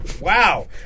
wow